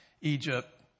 Egypt